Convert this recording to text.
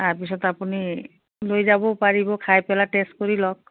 তাৰপিছত আপুনি লৈ যাব পাৰিব খাই পেলাই টে'ষ্ট কৰি লওক